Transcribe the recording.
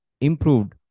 improved